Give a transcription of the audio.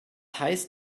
heißt